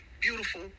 Beautiful